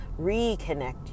reconnect